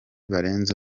barenze